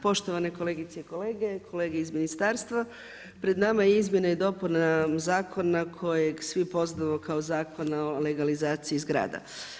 Poštovane kolegice i kolege, kolege iz ministarstva, pred nama je izmjena i dopuna Zakona kojeg svi poznajemo kao Zakona o legalizaciji zgrada.